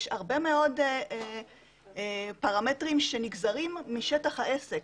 יש הרבה מאוד פרמטרים שנגזרים משטח העסק.